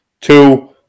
Two